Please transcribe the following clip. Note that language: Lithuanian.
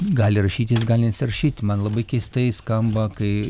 gali rašytis nesirašyti man labai keistai skamba kai